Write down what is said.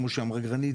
כמו שאמרה גרנית,